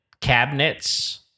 cabinets